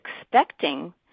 expecting